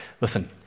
listen